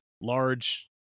large